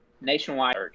nationwide